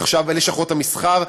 עכשיו בלשכות המסחר,